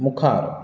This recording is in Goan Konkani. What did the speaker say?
मुखार